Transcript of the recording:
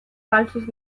falsos